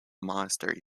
monastery